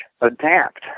adapt